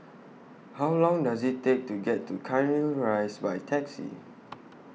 How Long Does IT Take to get to Cairnhill Rise By Taxi